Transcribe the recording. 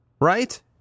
Right